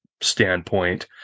standpoint